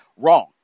wrong